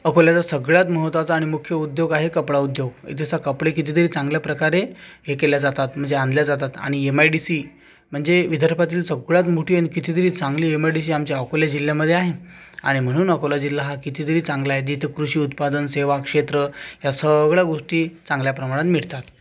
अकोल्याला सगळ्यात महत्त्वाचा आणि मुख्य उद्योग आहे कपडा उद्योग इथेच कपडे किती तरी चांगल्या प्रकारे हे केल्या जातात म्हणजे आणल्या जातात आणि एम आय डी सी म्हणजे विदर्भातील सगळ्यात मोठी आणि कितीतरी चांगली एम आय डी सी आमच्या अकोल्या जिल्ह्यामध्ये आहे आणि म्हणून अकोला जिल्हा हा किती तरी चांगला आहे इथं कृषी उत्पादनसेवा क्षेत्र या सगळ्या गोष्टी चांगल्या प्रमाणात मिळतात